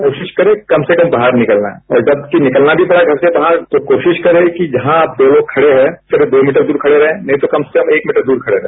कोशिश करें कम से कम बाहर निकलना है और जब निकलना भी पड़े घर से बाहर तो कोशिश करे तो जहां आप दो लोग खड़े है करीब दो मीटर दूर खड़े रहे नहीं तो कम से कम एक मीटर दूर खड़े रहे